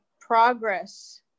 progress